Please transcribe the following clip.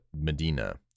Medina